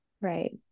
Right